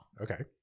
Okay